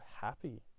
happy